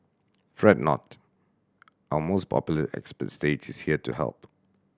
fret not our most popular expert stage is here to help